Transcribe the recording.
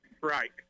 Right